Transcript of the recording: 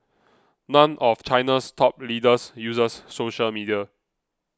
none of China's top leaders uses social media